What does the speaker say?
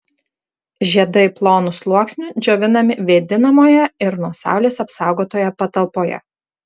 žiedai plonu sluoksniu džiovinami vėdinamoje ir nuo saulės apsaugotoje patalpoje